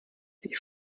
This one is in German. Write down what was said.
sich